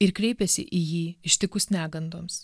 ir kreipiasi į jį ištikus negandoms